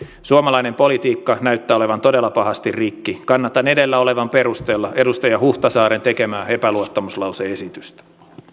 suomalainen politiikka näyttää olevan todella pahasti rikki kannatan edellä olevan perusteella edustaja huhtasaaren tekemää epäluottamuslause esitystä